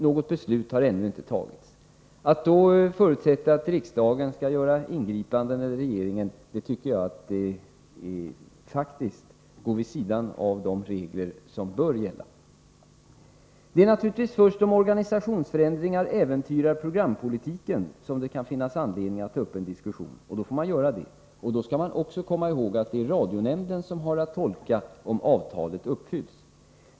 Något beslut har ännu inte fattats. Att då förutsätta att riksdagen eller regeringen skall göra ingripanden tycker jag är att gå vid sidan av de regler som bör gälla. Det är naturligtvis först om organisationsförändringar äventyrar programpolitiken som det kan finnas anledning att ta upp en diskussion, och då får man göra det. Då skall man också komma ihåg att det är radionämnden som har att tolka om avtalet uppfylls.